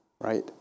right